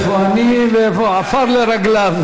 איפה אני ואיפה, עפר לרגליו.